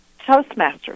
Toastmasters